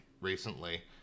recently